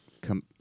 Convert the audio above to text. come